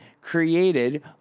created